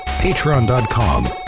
patreon.com